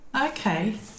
Okay